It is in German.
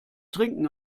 trinken